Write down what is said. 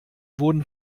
wurden